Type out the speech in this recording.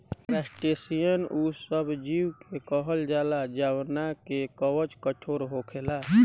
crustacean उ सब जीव के कहल जाला जवना के कवच कठोर होखेला